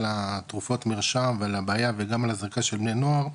התרופות מרשם ועל הבעיה וגם על גראס של בני נוער,